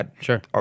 Sure